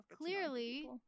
clearly